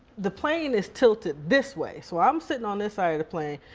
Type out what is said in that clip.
the plane is tilted this way, so i'm sitting on this side of the plane,